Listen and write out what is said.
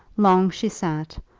long she sat,